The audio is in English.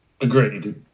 Agreed